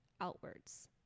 outwards